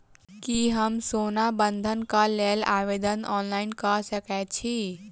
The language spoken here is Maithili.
की हम सोना बंधन कऽ लेल आवेदन ऑनलाइन कऽ सकै छी?